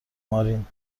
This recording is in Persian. مارین